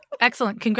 Excellent